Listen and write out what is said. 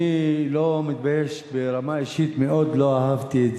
אני לא מתבייש, ברמה האישית מאוד לא אהבתי את